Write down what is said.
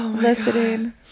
listening